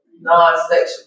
Non-sexual